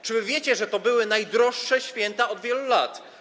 Czy wiecie, że to były najdroższe święta od wielu lat?